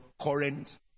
current